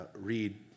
read